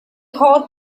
hot